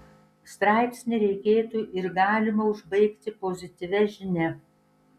straipsnį reikėtų ir galima užbaigti pozityvia žinia